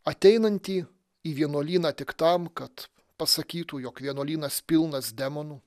ateinantį į vienuolyną tik tam kad pasakytų jog vienuolynas pilnas demonų